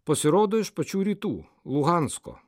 pasirodo iš pačių rytų luhansko